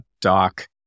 Doc